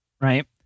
Right